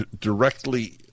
directly